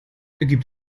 gibt